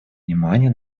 внимание